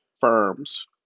firms